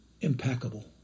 impeccable